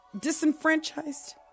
disenfranchised